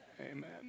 Amen